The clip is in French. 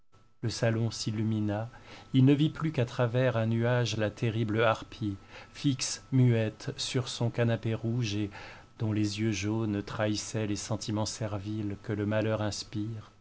le salon s'illumina il ne vit plus qu'à travers un nuage la terrible harpie fixe muette sur son canapé rouge et dont les yeux jaunes trahissaient les sentiments serviles que le malheur inspire